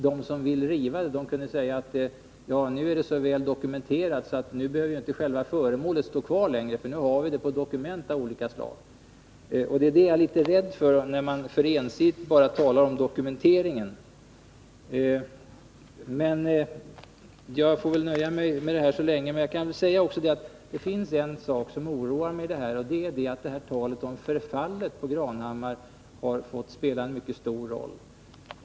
De som vill riva kan ju säga att nu är det så väl dokumenterat att vi inte behöver låta själva föremålet stå kvar längre. När man ensidigt talar om dokumenteringen är jag rädd för detta resultat. Men jag får väl nöja mig med detta så länge. Det oroar mig att talet om förfallet på Granhammar har fått spela mycket stor roll.